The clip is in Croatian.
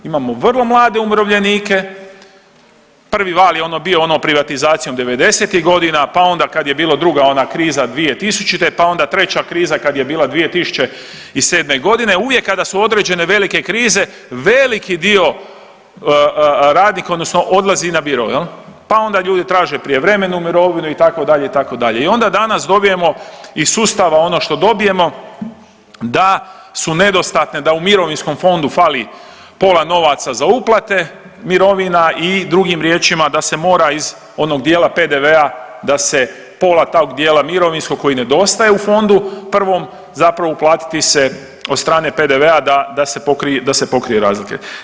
Imamo vrlo mlade umirovljenike, prvi val je ono bio privatizacijom devedesetih godina pa onda kada je bila druga ona kriza 2000., pa onda treća kriza kad je bila 2007.g. uvijek kada su određene velike krize veliki dio radnika odnosno odlazi na biro, pa onda ljudi traže prijevremenu mirovinu itd., itd. i onda danas dobijemo iz sustava ono što dobijemo da su nedostatne da u mirovinskom fondu fali pola novaca za uplate mirovina i drugim riječima da se mora iz onog dijela PDV-a da se pola tog dijela mirovinskog koji nedostaje u fondu prvom zapravo uplatiti se od strane PDV-a da se pokrije razlike.